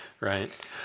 right